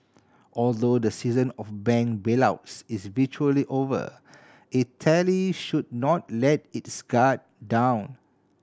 although the season of bank bailouts is virtually over Italy should not let its guard down